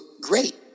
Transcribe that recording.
Great